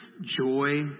joy